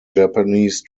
japanese